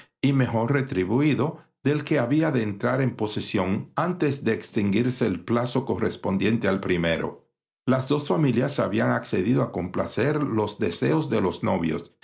y mejor retribuído del que había de entrar en posesión antes de extinguirse el plazo correspondiente al primero las dos familias habían accedido a complacer los deseos de los novios